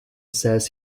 says